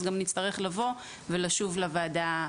נצטרך לשוב לוועדה,